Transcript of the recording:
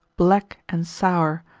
black, and sour,